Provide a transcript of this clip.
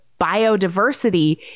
biodiversity